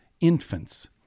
infants